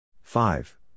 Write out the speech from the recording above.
Five